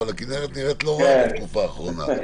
אבל הכנרת נראית לא רע בתקופה האחרונה.